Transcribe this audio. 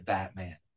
Batman